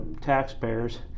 taxpayers